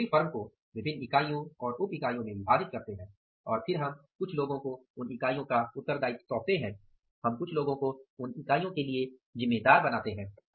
हम पूरी फर्म को विभिन्न इकाइयों और उप इकाइयों में विभाजित करते हैं और फिर हम कुछ लोगों को उन इकाइयों का उत्तरदायित्व सौपते है हम कुछ लोगों को उन इकाइयों के लिए जिम्मेदार बनाते हैं